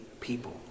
people